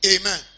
Amen